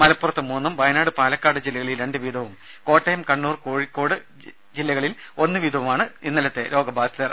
മലപ്പുറത്ത് മൂന്നും വയനാട് പാലക്കാട് ജില്ലകളിൽ രണ്ട് വീതവും കോട്ടയം കണ്ണൂർ കോഴിക്കോട് ജില്ലകളിൽ ഒന്ന് വീതവുമാണ് രോഗബാധിതർ